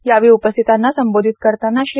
यावेळी उपस्थितांना संबोधित करताना श्री